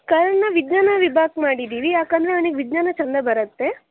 ಕರಣ್ನ ವಿಜ್ಞಾನ ವಿಭಾಗಕ್ಕೆ ಮಾಡಿದ್ದೀವಿ ಯಾಕೆಂದರೆ ಅವ್ನಿಗೆ ವಿಜ್ಞಾನ ಚೆಂದ ಬರುತ್ತೆ